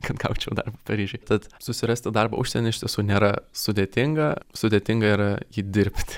kad gaučiau darbą paryžiuj tad susirasti darbą užsieny iš tiesų nėra sudėtinga sudėtinga yra jį dirbti